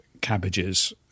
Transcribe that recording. cabbages